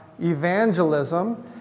evangelism